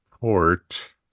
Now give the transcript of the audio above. port